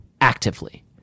actively